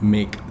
Make